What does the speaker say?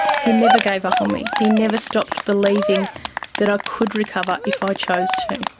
he never gave up on me, he never stopped believing that i could recover if i chose to.